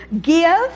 give